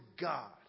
God